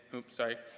oops, sorry.